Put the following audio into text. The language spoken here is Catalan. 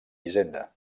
hisenda